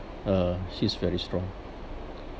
uh she's very strong